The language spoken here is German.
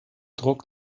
druck